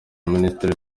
minisitiri